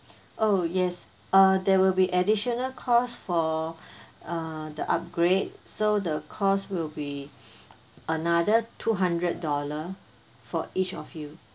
oh yes uh there will be additional cost for uh the upgrade so the cost will be another two hundred dollar for each of you